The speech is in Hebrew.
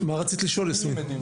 מה רצית לשאול, יסמין?